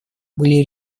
были